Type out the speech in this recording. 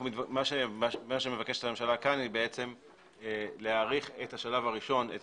הממשלה מבקשת כאן להאריך את השלב הראשון, את